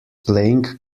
playing